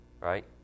Right